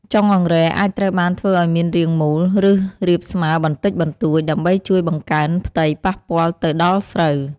ចុងអង្រែអាចត្រូវបានធ្វើឲ្យមានរាងមូល ឬរាបស្មើបន្តិចបន្តួច ដើម្បីជួយបង្កើនផ្ទៃប៉ះពាល់ទៅដល់ស្រូវ។